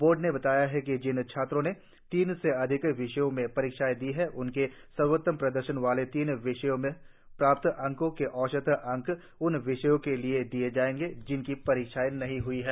board ने बताया है कि जिन छात्रों ने तीन से अधिक विषयों में परीक्षाएं दी हैं उन्हें सर्वोत्तम प्रदर्शन वाले तीन विषयों में प्राप्त अंकों के औसत अंक उन विषयों के लिए दिए जाएंगे जिनकी परीक्षाएं नहीं हुई हैं